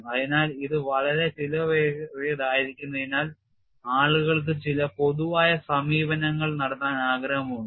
അതിനാൽ ഇത് വളരെ ചെലവേറിയതായിരിക്കുന്നതിനാൽ ആളുകൾക്ക് ചില പൊതുവായ സമീപനങ്ങൾ നടത്താൻ ആഗ്രഹമുണ്ട്